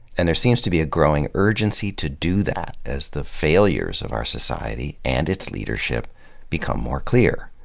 and there seems to be a growing urgency to do that as the failures of our society and its leadership become more clear.